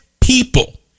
people